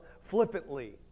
flippantly